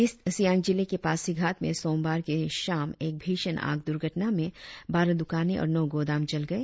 east Siang जिले के पासीघाट में सोमवार की शाम एक भीषण आग दुर्घटना में बारह द्रकाने और नौ गोदाम जल गए